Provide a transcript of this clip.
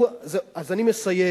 אני מבקש לסיים.